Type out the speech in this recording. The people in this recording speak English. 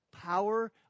power